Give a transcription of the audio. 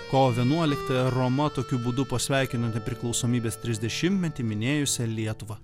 kovo vienuoliktąją roma tokiu būdu pasveikino nepriklausomybės trisdešimtmetį minėjusią lietuvą